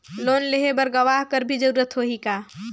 Loan लेहे बर गवाह के भी जरूरत होही का?